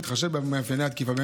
בהתחשב במאפייני התקיפה.